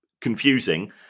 confusing